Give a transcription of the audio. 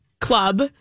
club